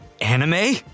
Anime